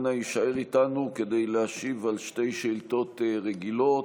אנא הישאר איתנו כדי להשיב על שתי שאילתות רגילות.